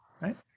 right